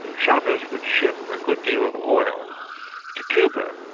chavez would ship a good deal of oil to cuba.